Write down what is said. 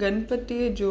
गणपतिअ जो